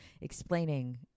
explaining